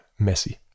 messi